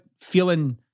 feeling